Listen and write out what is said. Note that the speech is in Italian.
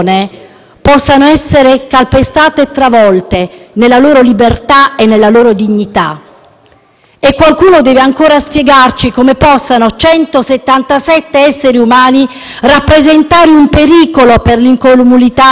E qualcuno deve ancora spiegarci come 177 esseri umani possano rappresentare un pericolo per l'incolumità pubblica se è vero che abbiamo fatto nostra - e non deve restare solo una dichiarazione di intenti